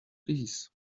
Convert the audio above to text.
please